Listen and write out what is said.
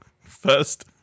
first